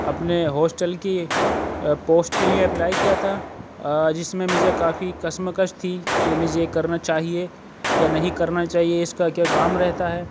اپنے ہوسٹل کی پوسٹ کے لیے اپلائی کیا تھا جس میں مجھے کافی کشمکش تھی کہ مجھے کرنا چاہیے یا نہیں کرنا چاہیے اس کا کیا کام رہتا ہے